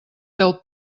del